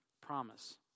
promise